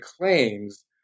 claims